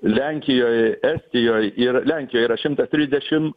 lenkijoj estijoj ir lenkijoj yra šimtas trisdešim